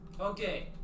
Okay